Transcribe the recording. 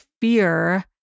fear